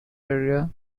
area